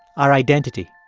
our identity.